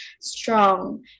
strong